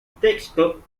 texto